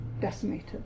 decimated